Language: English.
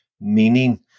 meaning